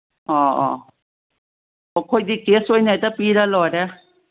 ꯑꯣ ꯑꯣ ꯑꯣ ꯑꯩꯈꯣꯏꯗꯤ ꯀꯦꯁ ꯑꯣꯏꯅ ꯍꯦꯛꯇ ꯄꯤꯔ ꯂꯣꯏꯔꯦ